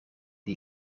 die